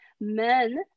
men